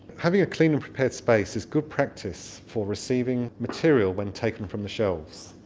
having a clean and prepared space is good practice for receiving material when taking from the shelves